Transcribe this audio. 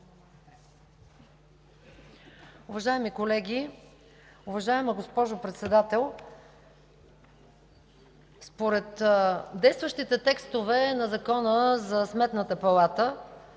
Уважаеми колеги, уважаема госпожо Председател! Според действащите текстове на Закона за Сметната палата,